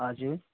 हजुर